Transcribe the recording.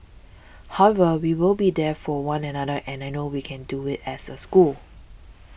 however we will be there for one another and I know we can do it as a school